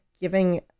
giving